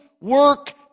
work